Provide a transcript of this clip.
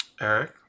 Eric